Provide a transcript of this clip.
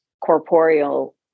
corporeal